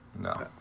No